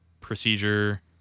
procedure